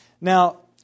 Now